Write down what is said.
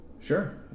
Sure